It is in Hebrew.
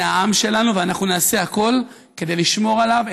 זה העם שלנו, ואנחנו נעשה הכול כדי לשמור עליו.